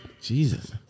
Jesus